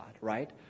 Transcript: right